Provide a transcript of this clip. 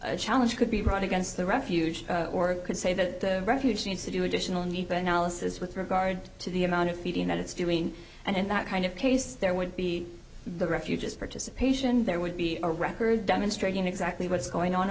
a challenge could be brought against the refuge or it could say that refuge needs to do additional need analysis with regard to the amount of feeding that it's doing and in that kind of case there would be the refuges participation there would be a record demonstrating exactly what's going on